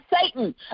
Satan